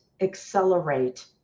accelerate